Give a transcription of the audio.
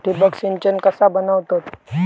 ठिबक सिंचन कसा बनवतत?